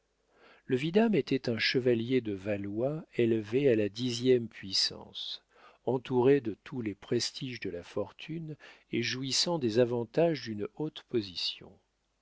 le vidame était un chevalier de valois élevé à la dixième puissance entouré de tous les prestiges de la fortune et jouissant des avantages d'une haute position